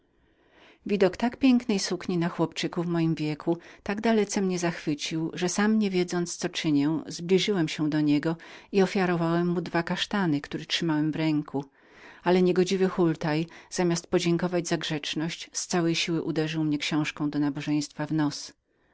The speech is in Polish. widok tak pięknej sukni na chłopczyku mego wieku tak dalece mnie zachwycił że sam niewiedząc co czynię zbliżyłem się do niego i ofiarowałem mu dwa kasztany które trzymałem w ręku ale niegodziwy hultaj zamiast podziękowania za grzeczność z całej siły uderzył mnie książką do nabożeństwa w nos